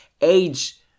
age